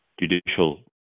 judicial